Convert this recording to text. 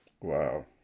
Wow